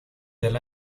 del